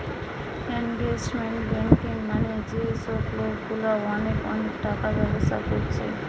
investment banking মানে যে সব লোকগুলা অনেক অনেক টাকার ব্যবসা কোরছে